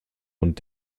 und